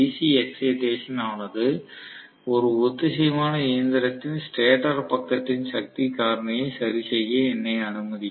C excitation ஆனது ஒரு ஒத்திசைவான இயந்திரத்தின் ஸ்டேட்டர் பக்கத்தின் சக்தி காரணியை சரி செய்ய என்னை அனுமதிக்கும்